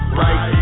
right